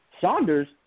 Saunders